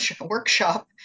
workshop